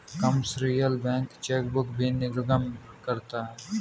commercial bank chequebook भी निर्गम करता है